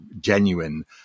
genuine